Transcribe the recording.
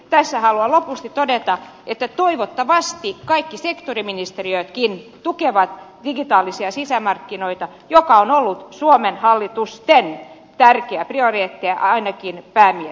tässä haluan lopuksi todeta että toivottavasti kaikki sektoriministeriötkin tukevat digitaalisia sisämarkkinoita joka on ollut suomen hallitusten tärkeä prioriteetti ainakin päämiestasolla